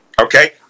okay